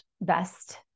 best